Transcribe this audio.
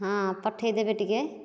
ହଁ ପଠେଇଦେବେ ଟିକିଏ